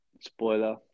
Spoiler